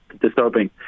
disturbing